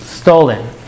Stolen